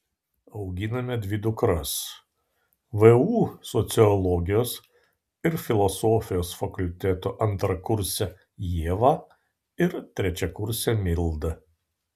auginame dvi dukras vu sociologijos ir filosofijos fakulteto antrakursę ievą ir trečiakursę mildą